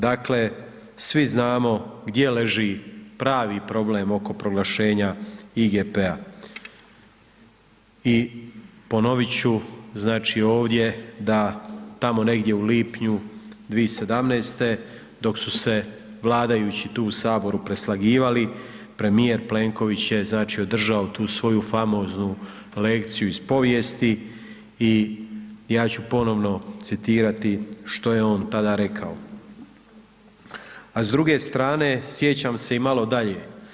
Dakle, svi znamo gdje leži pravi problem oko proglašenje IGP-a i ponovit ću ovdje, da tamo negdje u lipnju 2017. dok su se vladajući tu u Saboru preslagivali, premijer Plenković je održao tu svoju famoznu lekciju iz povijesti i ja ću ponovno citirati što je on tada rekao, a s druge strane, sjećam se i malo dalje.